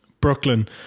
brooklyn